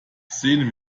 sehen